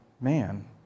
man